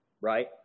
Right